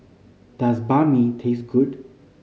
does Banh Mi taste good